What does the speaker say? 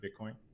Bitcoin